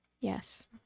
Yes